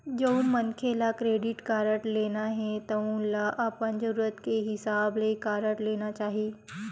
जउन मनखे ल क्रेडिट कारड लेना हे तउन ल अपन जरूरत के हिसाब ले कारड लेना चाही